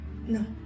No